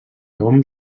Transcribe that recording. hom